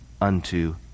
unto